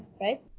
right